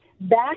back